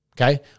Okay